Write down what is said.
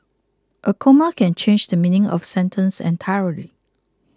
a comma can change the meaning of sentence entirely